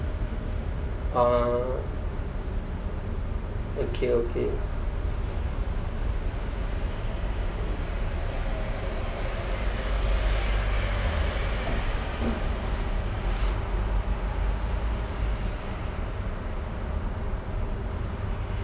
uh okay okay